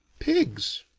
pigs?